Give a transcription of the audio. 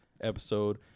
episode